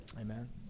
Amen